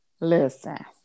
Listen